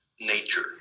nature